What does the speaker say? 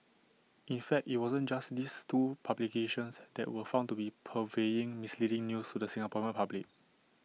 in fact IT wasn't just these two publications that were found to be purveying misleading news to the Singaporean public